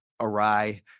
awry